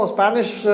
Spanish